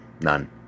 none